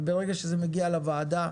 ברגע שזה מגיע לוועדה,